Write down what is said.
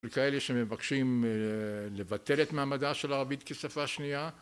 מול כאלה שמבקשים לבטל את מעמדה של הערבית כשפה שנייה